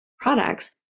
products